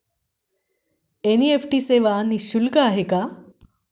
NEFT सेवा निःशुल्क आहे का?